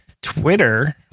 Twitter